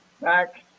back